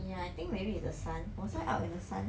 ya I think maybe is the sun was I out in the sun